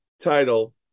title